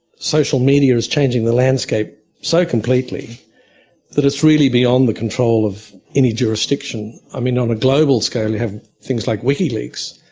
social media is changing the landscape so completely that it's really beyond the control of any jurisdiction. i mean in um a global scale you have things like wikileaks.